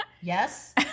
yes